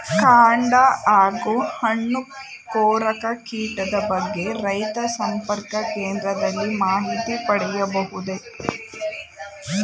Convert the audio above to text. ಕಾಂಡ ಹಾಗೂ ಹಣ್ಣು ಕೊರಕ ಕೀಟದ ಬಗ್ಗೆ ರೈತ ಸಂಪರ್ಕ ಕೇಂದ್ರದಲ್ಲಿ ಮಾಹಿತಿ ಪಡೆಯಬಹುದೇ?